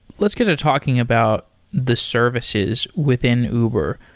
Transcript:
let's get to talking about the services within uber.